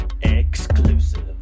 Exclusive